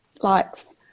likes